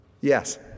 Yes